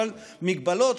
אבל מגבלות,